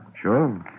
Sure